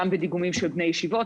גם בדיגומים של בני ישיבות,